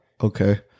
Okay